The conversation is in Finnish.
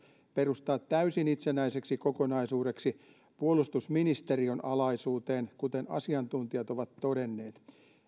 perustaa täysin itsenäiseksi kokonaisuudeksi puolustusministeriön alaisuuteen kuten asiantuntijat ovat todenneet